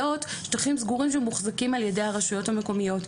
שטחים סגורים שמוחזקים על ידי הרשויות המקומיות.